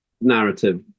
narrative